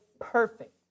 perfect